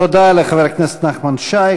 תודה לחבר הכנסת נחמן שי.